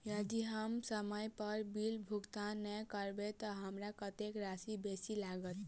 यदि हम समय पर बिल भुगतान नै करबै तऽ हमरा कत्तेक राशि बेसी लागत?